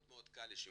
מאוד קל לשימוש,